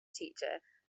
teacher